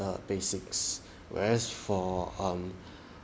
the basics whereas for um